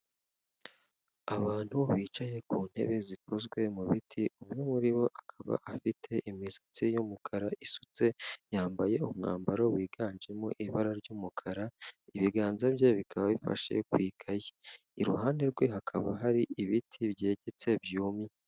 Abantu bicaye ku ntebe zikozwe mu biti, umwe muri bo akaba afite imisatsi y'umukara isutse, yambaye umwambaro wiganjemo ibara ry'umukara, ibiganza bye bikaba bifashe ku ikayi, iruhande rwe hakaba hari ibiti byegetse byumye.